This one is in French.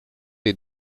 des